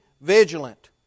vigilant